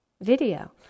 video